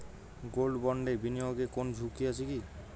Gold বন্ডে বিনিয়োগে কোন ঝুঁকি আছে কি?